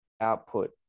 output